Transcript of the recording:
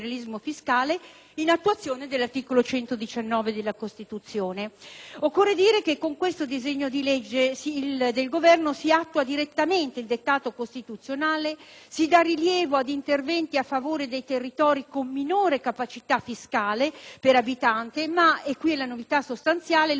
in attuazione dell'articolo 119 della Costituzione. Occorre dire che con questo disegno di legge del Governo si attua direttamente il dettato costituzionale, si dà rilievo a interventi a favore dei territori con minore capacità fiscale per abitante, ma - e qui è la novità sostanziale - li si disciplina con una legge,